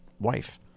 Wife